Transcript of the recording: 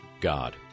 God